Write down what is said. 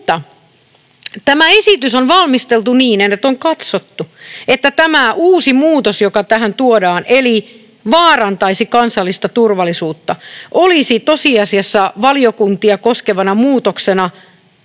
Mutta tämä esitys on valmisteltu niin, että on katsottu, että tämä uusi muutos, joka tähän tuodaan, eli ”vaarantaisi kansallista turvallisuutta”, olisi tosiasiassa valiokuntia koskevana muutoksena ei-merkittävä.